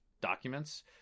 documents